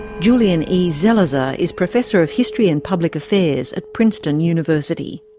julian e. zelizer is professor of history and public affairs at princeton university.